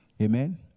Amen